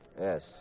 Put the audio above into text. Yes